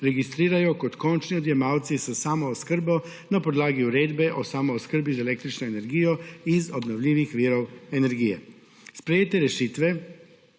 registrirajo kot končni odjemalci s samooskrbo na podlagi Uredbe o samooskrbi z električno energijo iz obnovljivih virov energije. Sprejete rešitve